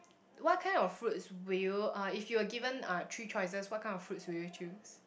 what kind of fruits will you uh if you were given uh three choices what kind of fruits will you choose